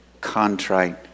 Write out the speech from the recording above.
contrite